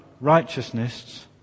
righteousness